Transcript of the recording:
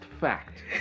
fact